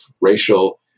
racial